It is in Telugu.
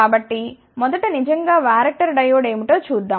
కాబట్టి మొదట నిజంగా వ్యారక్టర్ డయోడ్ ఏమిటో చూద్దాం